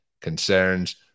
concerns